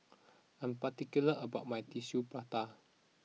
I am particular about my Tissue Prata